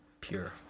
Pure